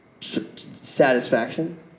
satisfaction